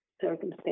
circumstance